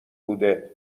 بوده